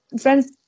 Friends